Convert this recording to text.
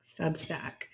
substack